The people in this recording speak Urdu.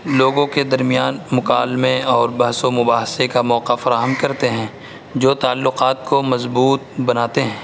لوگوں کے درمیان مکالمے اور بحث و مباحثے کا موقع فراہم کرتے ہیں جو تعلقات کو مضبوط بناتے ہیں